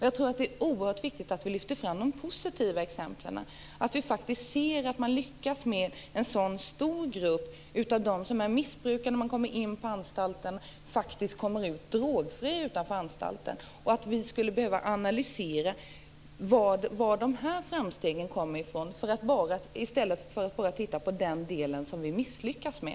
Jag tror att det är oerhört viktigt att vi lyfter fram de positiva exemplen och att vi ser att man lyckas med en stor grupp som kommer in på anstalten som missbrukare och faktiskt kommer ut drogfria. Vi skulle behöva analysera vad dessa framsteg beror på i stället för att bara titta på det som vi misslyckas med.